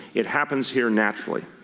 it happens here naturally.